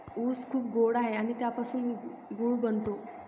ऊस खूप गोड आहे आणि त्यापासून गूळ बनतो